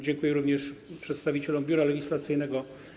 Dziękuję również przedstawicielom Biura Legislacyjnego.